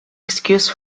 excuse